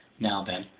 now then,